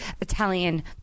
Italian